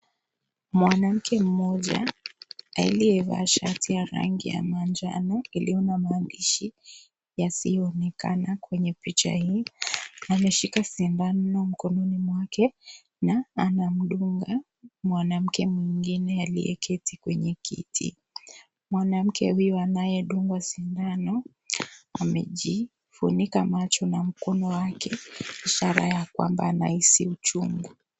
Mwanamke mmoja aliyevaa shati ya rangi ya manjano iliyo na maandishi yasiyoonekana kwenye picha hii , ameshika sindano mkononi mwake na anamdunga mwanamke mwingine aliyeketi kwenye kiti . Mwanamke huyu anayedungwa sindano amejifunika macho na mkono yake ishara ya kwamba anahisi uchungu.